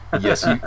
yes